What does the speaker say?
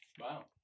Wow